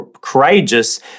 courageous